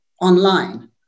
online